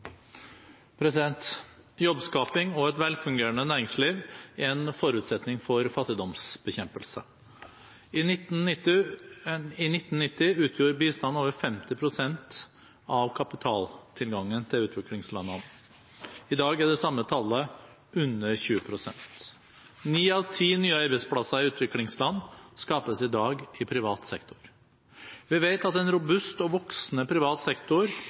en forutsetning for fattigdomsbekjempelse. I 1990 utgjorde bistand over 50 pst. av kapitaltilgangen til utviklingslandene. I dag er det samme tallet under 20 pst. Ni av ti nye arbeidsplasser i utviklingsland skapes i dag i privat sektor. Vi vet at en robust og voksende privat sektor